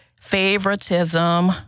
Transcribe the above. favoritism